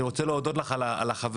אני רוצה להודות לך על החברות,